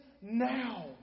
now